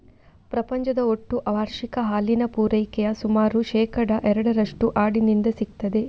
ಪ್ರಪಂಚದ ಒಟ್ಟು ವಾರ್ಷಿಕ ಹಾಲಿನ ಪೂರೈಕೆಯ ಸುಮಾರು ಶೇಕಡಾ ಎರಡರಷ್ಟು ಆಡಿನಿಂದ ಸಿಗ್ತದೆ